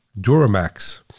duramax